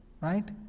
Right